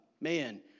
man